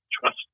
trust